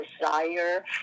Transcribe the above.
desire